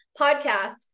podcast